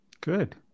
Good